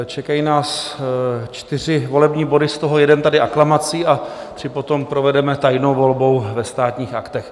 Čekají nás čtyři volební body, z toho jeden tady aklamací a tři potom provedeme tajnou volbou ve Státních aktech.